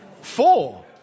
Four